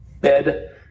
bed